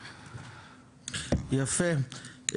יפה.